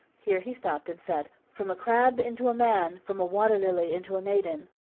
here he stopped and said from a crab into a man, from a water-lily into a maiden,